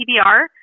PBR